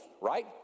right